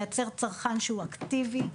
לייצר צרכן שהוא אקטיבי.